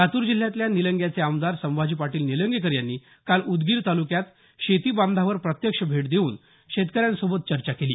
लातूर जिल्ह्यातल्या निलंग्याचे आमदार संभाजी पाटील निलंगेकर यांनी काल उदगीर तालुक्यात शेती बांधांवर प्रत्यक्ष भेट देऊन शेतकऱ्यांसोबत चर्चा केली